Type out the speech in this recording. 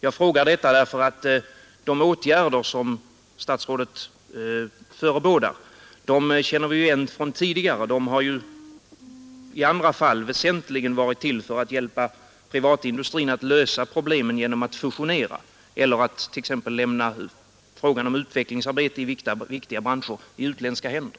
Jag frågar detta därför att de åtgärder som statsrådet förebådar känner vi igen från tidigare — de har ju i andra fall väsentligen varit till för att hjälpa privatindustrin att lösa problemen genom att fusionera eller att t.ex. lämna frågan om utvecklingsarbete inom viktiga branscher i utländska händer.